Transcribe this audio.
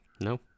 No